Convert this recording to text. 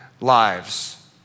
lives